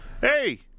Hey